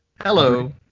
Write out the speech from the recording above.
Hello